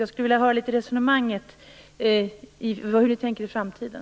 Jag skulle vilja höra litet om hur ni tänker er framtiden.